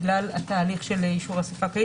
בגלל התהליך של אישור אסיפה כללית.